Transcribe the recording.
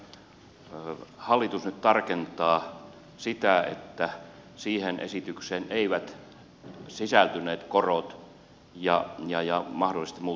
tässä hallitus nyt tarkentaa sitä että siihen esitykseen eivät sisältyneet korot ja mahdolliset muut kulut